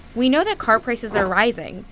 we know that car prices are rising,